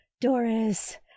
Doris